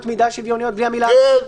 מידה שוויוניות" בלי המילה "ארצית"?